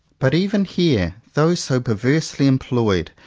but even here, though so perversely employed,